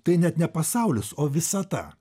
tai net ne pasaulis o visata